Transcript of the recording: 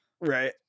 right